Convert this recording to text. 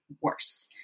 worse